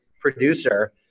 producer